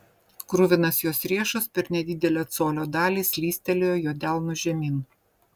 kruvinas jos riešas per nedidelę colio dalį slystelėjo jo delnu žemyn